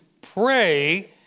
pray